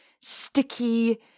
sticky